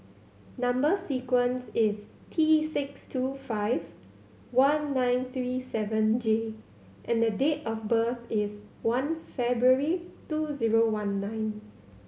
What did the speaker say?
number sequence is T six two five one nine three seven J and date of birth is one February two zero one nine